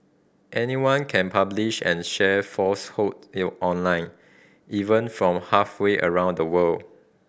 anyone can publish and share falsehoods online even from halfway around the world